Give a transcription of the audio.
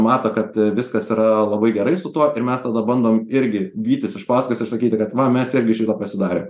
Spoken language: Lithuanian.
mato kad viskas yra labai gerai su tuo ir mes tada bandom irgi vytis iš paskos ir sakyti kad va mes irgi šitą pasidarė